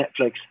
Netflix